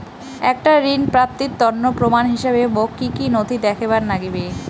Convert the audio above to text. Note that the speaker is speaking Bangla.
একটা ঋণ প্রাপ্তির তন্ন প্রমাণ হিসাবে মোক কী কী নথি দেখেবার নাগিবে?